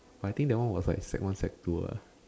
I think that one was like sec one sec two ah